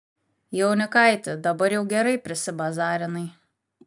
jaunikaiti dabar jau gerai prisibazarinai